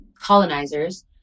colonizers